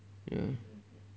ya